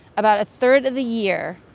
about a third of the year,